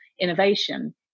innovation